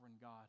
God